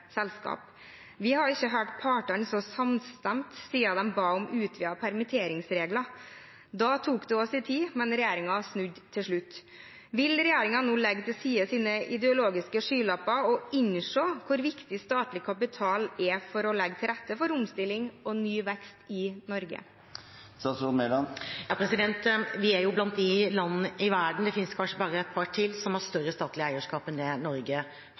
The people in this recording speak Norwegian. Vi har ikke hørt partene så samstemt siden de ba om utvidede permitteringsregler. Da tok det også sin tid, men regjeringen snudde til slutt. Vil regjeringen nå legge til side sine ideologiske skylapper og innse hvor viktig statlig kapital er for å legge til rette for omstilling og ny vekst i Norge? Vi er blant de landene i verden som har størst statlig eierskap – det finnes kanskje bare et par til som har mer enn det Norge